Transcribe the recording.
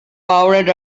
poured